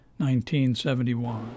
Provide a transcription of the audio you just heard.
1971